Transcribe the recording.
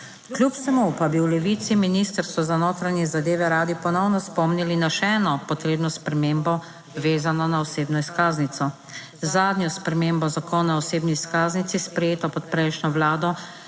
Kljub vsemu pa bi v Levici Ministrstvo za notranje zadeve radi ponovno spomnili na še eno potrebno spremembo vezano na osebno izkaznico. Z zadnjo spremembo Zakona o osebni izkaznici, sprejeto pod prejšnjo vlado,